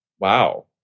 Wow